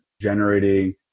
generating